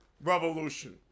Revolution